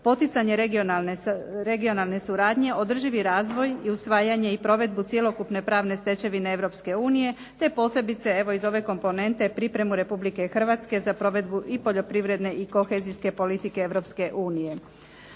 poticanje regionalne suradnje, održivi razvoj i usvajanje i provedbu cjelokupne pravne stečevine Europske unije, te posebice iz ove komponente pripremu Republike Hrvatske za provedbu i poljoprivredne i kohezijske politike